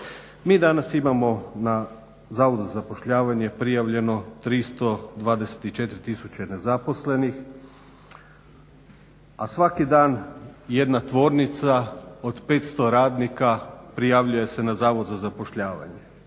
Mi danas imamo na Zavodu za zapošljavanje prijavljeno 324 tisuće nezaposlenih, a svaki dan jedna tvornica od 500 radnika prijavljuje se na Zavod za zapošljavanje.